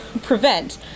prevent